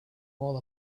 all